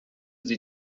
sie